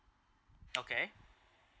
okay